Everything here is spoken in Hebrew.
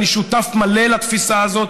אני שותף מלא לתפיסה הזאת.